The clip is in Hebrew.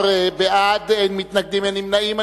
14 בעד, אין מתנגדים, אין נמנעים.